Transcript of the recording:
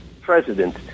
president